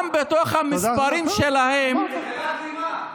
שאלה תמימה.